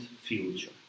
future